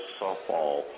softball